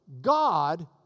God